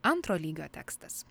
antro lygio tekstas